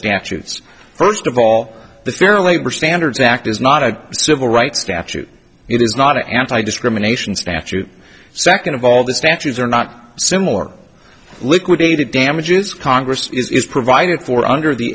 statutes first of all the fair labor standards act is not a civil rights statute it is not an anti discrimination statute second of all the statues are not similar liquidated damages congress is provided for under the